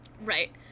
Right